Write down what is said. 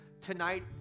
Tonight